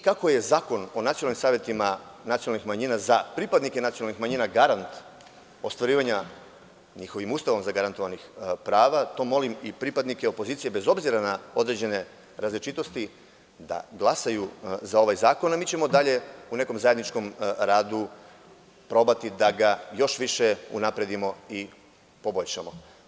Kako je Zakon o nacionalnim savetima nacionalnih manjina za pripadnike nacionalnih manjina garant ostvarivanja Ustavom zagarantovanih prava, molim i pripadnike opozicije, bez obzira na određene različitosti, da glasaju za ovaj zakon, a mi ćemo dalje u nekom zajedničkom radu probati da ga još više unapredimo i poboljšamo.